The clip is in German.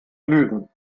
lügen